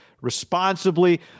responsibly